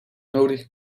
nodig